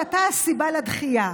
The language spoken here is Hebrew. שאתה הסיבה לדחייה.